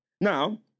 Now